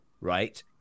right